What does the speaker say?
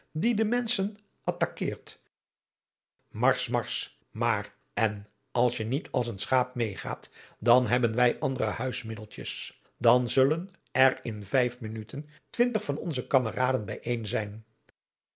die de menschen attakeert marsch marsch maar en als je niet als een schaap meêgaat dan hebben wij andere huismiddeltjes dan zullen er in vijf minuten twintig van onze kameraden bijeen zijn